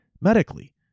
medically